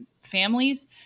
families